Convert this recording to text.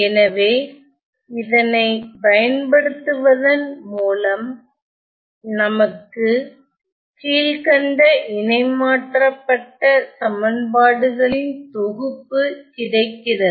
எனவே இதனை பயன்படுத்துவதன் மூலம் நமக்கு கீழ்கண்ட இணை மாற்றப்பட்ட சமன்பாடுகளின் தொகுப்பு கிடைக்கிறது